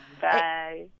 Bye